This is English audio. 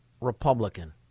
Republican